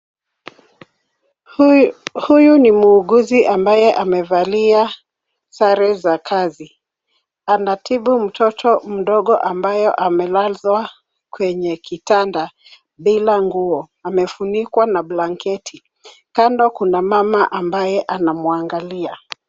Huyu ni muuguzi ambaye amevalia sare za kazi. Anatibu mtoto mdogo ambaye amelazwa kwenye kitanda bila nguo. Amefunikwa na blanketi. Kando kuna mama ambaye anamwangalia.